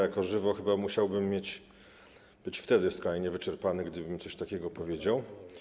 Jako żywo chyba musiałbym być wówczas skrajnie wyczerpany, gdybym coś takiego powiedział.